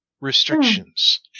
restrictions